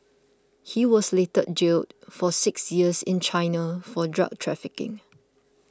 he was later jailed for six years in China for drug trafficking